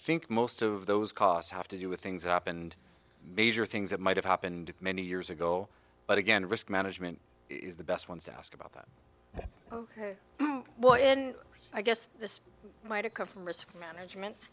think most of those costs have to do with things up and major things that might have happened many years ago but again risk management is the best ones to ask about that ok well and i guess this might have come from risk management